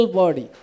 body